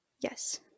Yes